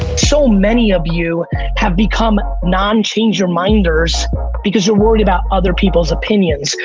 so many of you have become non changer minders because you're worried about other people's opinions.